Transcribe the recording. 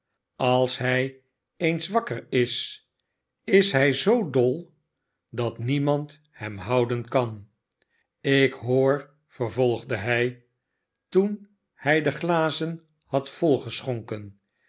als hij eens wakker is is hij zoo dol dat niemand hem houden kan ik hoor vervolgde hij toen hij de glazen had volgeschonken